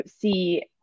see